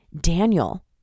Daniel